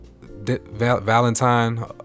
valentine